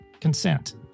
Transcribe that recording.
consent